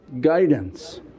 guidance